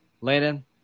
Landon